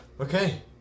okay